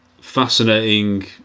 fascinating